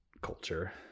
culture